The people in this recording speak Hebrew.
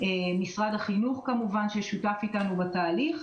משרד החינוך כמובן ששותף איתנו בתהליך,